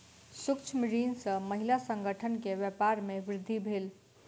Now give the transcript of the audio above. सूक्ष्म ऋण सॅ महिला संगठन के व्यापार में वृद्धि भेल